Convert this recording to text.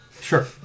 Sure